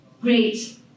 great